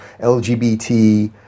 LGBT